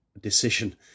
decision